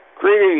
Greetings